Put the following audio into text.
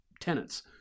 tenants